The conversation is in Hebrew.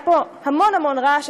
היה פה המון המון רעש.